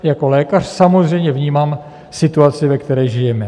Jako lékař samozřejmě vnímám situaci, ve které žijeme.